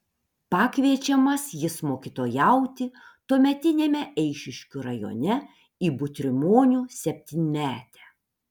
pakviečiamas jis mokytojauti tuometiniame eišiškių rajone į butrimonių septynmetę